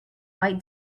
white